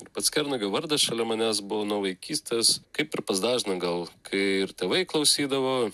pats kernagio vardas šalia manęs buvo nuo vaikystės kaip ir pas dažną gal kai ir tėvai klausydavo